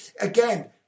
again